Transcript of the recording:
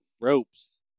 ropes